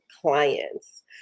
clients